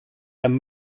and